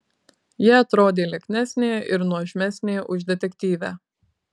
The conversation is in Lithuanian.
ji atrodė lieknesnė ir nuožmesnė už detektyvę